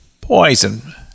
poison